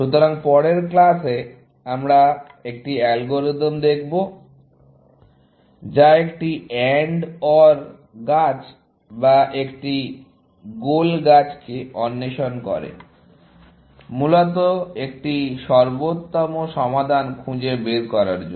সুতরাং পরের ক্লাসে আমরা একটি অ্যালগরিদম দেখব যা একটি AND OR গাছ বা একটি গোল গাছকে অন্বেষণ করে মূলত একটি সর্বোত্তম সমাধান খুঁজে বের করার জন্য